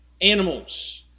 animals